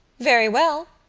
very well,